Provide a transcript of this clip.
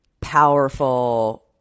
powerful